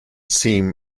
seem